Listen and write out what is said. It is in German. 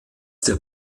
der